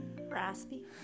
Raspy